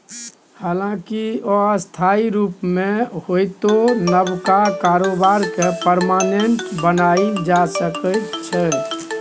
हालांकि अस्थायी रुप मे होइतो नबका कारोबार केँ परमानेंट बनाएल जा सकैए